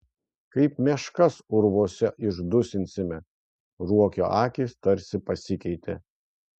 kaip meškas urvuose išdusinsime ruokio akys tarsi pasikeitė